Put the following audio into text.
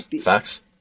facts